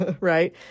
right